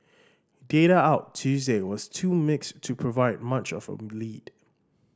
data out Tuesday was too mixed to provide much of a lead